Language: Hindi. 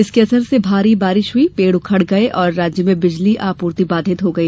इसके असर से भारी बारिश हई पेड़ उखड़ गए और राज्य में बिजली आपूर्ति बाधित हो गई